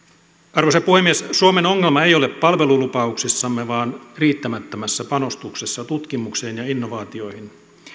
arvoisa puhemies suomen ongelma ei ole palvelulupauksissamme vaan riittämättömässä panostuksessa tutkimukseen ja innovaatioihin